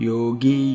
Yogi